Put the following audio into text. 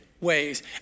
ways